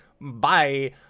bye